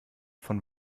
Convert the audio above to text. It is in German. von